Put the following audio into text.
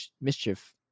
Mischief